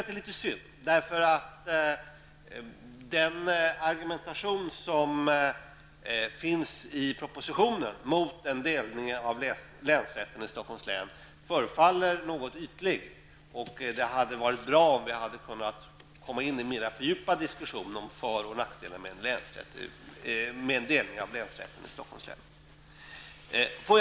Det är litet synd, eftersom propositionens argumentation mot en delning av länsrätten i Stockholms län förefaller något ytlig. Det hade varit bra med en mer fördjupad diskussion om för och nackdelar med delning av länsrätten i Stockholms län.